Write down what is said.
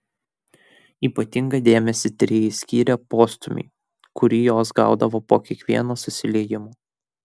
ypatingą dėmesį tyrėjai skyrė postūmiui kurį jos gaudavo po kiekvieno susiliejimo